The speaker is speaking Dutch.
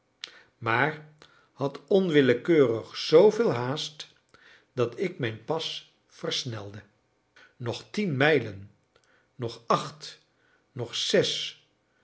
maar had onwillekeurig zooveel haast dat ik mijn pas versnelde nog tien mijlen nog acht nog zes